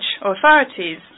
authorities